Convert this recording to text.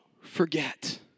forget